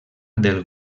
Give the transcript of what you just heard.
del